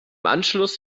anschluss